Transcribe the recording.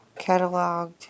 cataloged